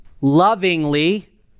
Lovingly